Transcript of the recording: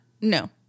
No